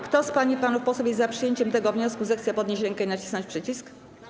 Kto z pań i panów posłów jest za przyjęciem tego wniosku, zechce podnieść rękę i nacisnąć przycisk.